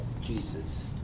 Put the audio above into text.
Jesus